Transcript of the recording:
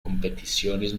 competiciones